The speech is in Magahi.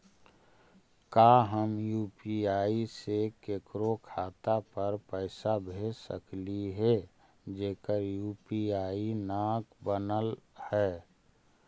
का हम यु.पी.आई से केकरो खाता पर पैसा भेज सकली हे जेकर यु.पी.आई न बनल है?